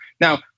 Now